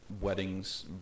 weddings